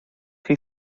chi